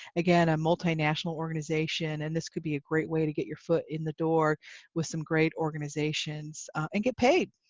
again a multi-national organization, and this could be a great way to get your foot in the door with some great organizations and get paid,